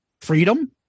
freedom